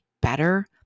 better